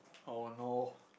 oh no